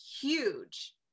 huge